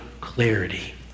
clarity